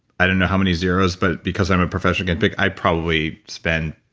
i don't know how many zeros, but because i'm a professional guinea pig i probably spend,